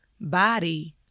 body